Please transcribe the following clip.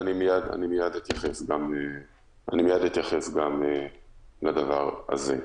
מיד אתייחס גם לדבר הזה.